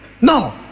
No